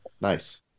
Nice